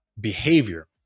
behavior